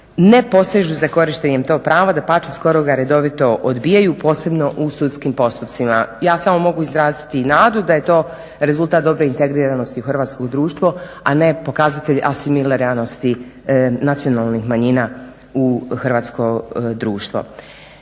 ne posežu za korištenjem tog prava, dapače skoro ga redovito odbijaju, posebno u sudskim postupcima. Ja samo mogu izraziti nadu da je to rezultat dobre integriranosti hrvatskoo društvo, a ne pokazatelj asimiliranosti nacionalnih manjina u hrvatsko društvo.